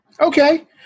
Okay